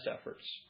efforts